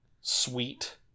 sweet